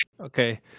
Okay